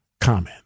comment